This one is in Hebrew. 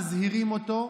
מנוהלת על ידי אישה,